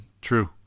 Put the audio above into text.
true